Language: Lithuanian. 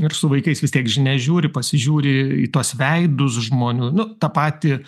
ir su vaikais vis tiek žinias žiūri pasižiūri į tuos veidus žmonių nu tą patį